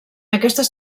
aquestes